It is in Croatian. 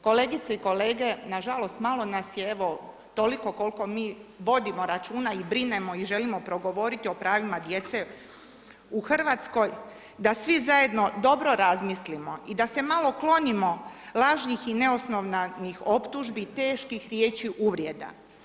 Kolegice i kolege, nažalost malo nas je, evo toliko koliko mi vodimo računa i brinemo i želimo progovoriti o pravima djece u Hrvatskoj, da svi zajedno dobro razmislimo i da se malo klonimo lažnim i neosnovanih optužnih, teških riječi, uvreda.